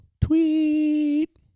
tweet